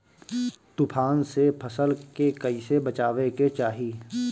तुफान से फसल के कइसे बचावे के चाहीं?